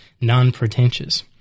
non-pretentious